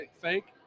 fake